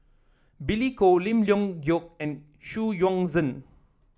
Billy Koh Lim Leong Geok and Xu Yuan Zhen